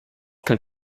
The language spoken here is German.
kann